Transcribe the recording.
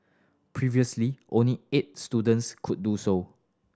previously only eight students could do so